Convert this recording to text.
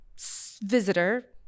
visitor